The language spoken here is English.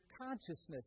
consciousness